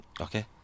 Okay